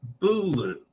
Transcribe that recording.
Bulu